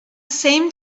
same